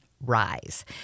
RISE